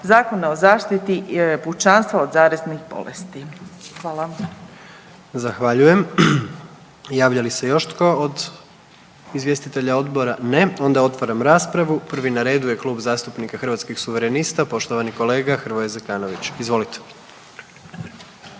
Zakona o zaštiti pučanstva od zaraznih bolesti. Hvala. **Jandroković, Gordan (HDZ)** Zahvaljujem. Javlja li se još tko od izvjestitelja odbora? Ne. Onda otvaram raspravu, prvi na redu je Klub zastupnika Hrvatskih suverenista, poštovani kolega Hrvoje Zekanović, izvolite.